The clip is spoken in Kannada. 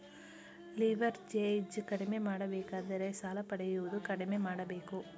ಲಿವರ್ಏಜ್ ಕಡಿಮೆ ಮಾಡಬೇಕಾದರೆ ಸಾಲ ಪಡೆಯುವುದು ಕಡಿಮೆ ಮಾಡಬೇಕು